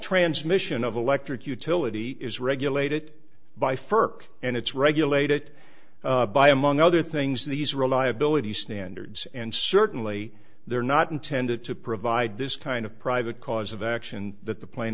transmission of electric utility is regulated by fur and it's regulate it by among other things these reliability standards and certainly they're not intended to provide this kind of private cause of action that the pla